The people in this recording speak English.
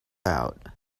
out